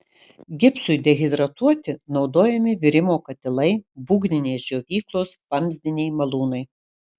gipsui dehidratuoti naudojami virimo katilai būgninės džiovyklos vamzdiniai malūnai